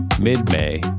mid-May